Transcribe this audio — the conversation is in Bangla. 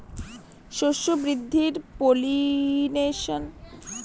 শস্য বৃদ্ধির পলিনেশান প্রতিরোধ করব কি করে?